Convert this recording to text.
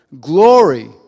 glory